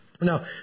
Now